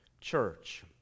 church